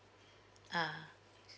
ah